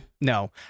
No